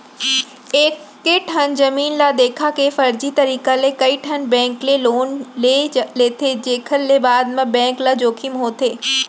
एकेठन जमीन ल देखा के फरजी तरीका ले कइठन बेंक ले लोन ले लेथे जेखर ले बाद म बेंक ल जोखिम होथे